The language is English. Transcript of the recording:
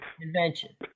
Invention